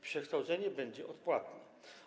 Przekształcenie będzie odpłatne.